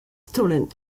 stolen